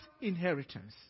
inheritance